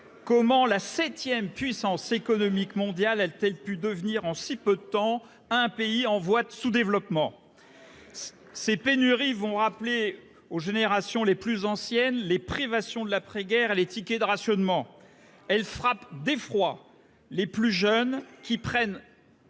comment la 7ème puissance économique mondiale a-t-elle pu devenir en si peu de temps un pays en voie de sous-développement. Ces pénuries vont rappeler aux générations les plus anciennes, les privations de l'après-guerre et les tickets de rationnement. Elle frappe d'effroi. Les plus jeunes qui prennent.